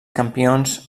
campions